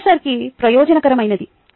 ఇది ప్రొఫెసర్కి ప్రయోజనకరమైనది